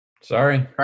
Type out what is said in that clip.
Sorry